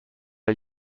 are